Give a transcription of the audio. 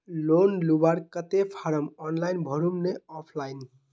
Loan लुबार केते form online भरुम ने ऑफलाइन?